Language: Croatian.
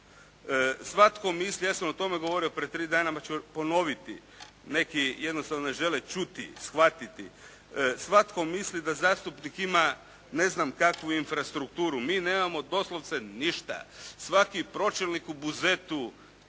Svatko misli, ja sam o tome govorio pred tri dana, pa ću ponoviti. Neki jednostavno ne žele čuti, shvatiti. Svatko misli da zastupnik ima ne znam kakvu infrastrukturu. Mi nemamo doslovce ništa. Svaki pročelnik u Buzetu,